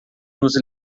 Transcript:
nos